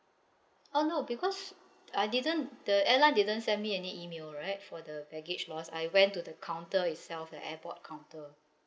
oh no because I didn't the airline didn't send me any email right for the baggage loss I went to the counter itself the airport counter